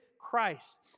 Christ